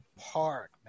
Park